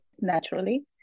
naturally